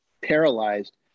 paralyzed